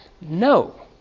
No